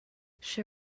she